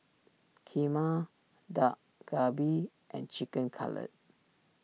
Kheema Dak Galbi and Chicken Cutlet